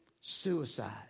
suicide